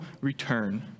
return